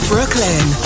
Brooklyn